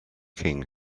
king